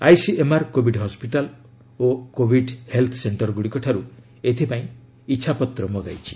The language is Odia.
ଆଇସିଏମ୍ଆର୍ କୋଭିଡ୍ ହସ୍କିଟାଲ୍ ଓ କୋଭିଡ୍ ହେଲ୍ଥ ସେଣ୍ଟରଗୁଡ଼ିକଠାରୁ ଏଥିପାଇଁ ଇଚ୍ଛାପତ୍ର ମଗାଇଛନ୍ତି